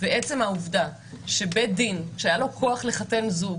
עצם העובדה שלבית דין היה את הכוח לחתן זוג